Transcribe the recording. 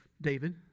David